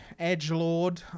Edgelord